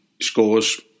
Scores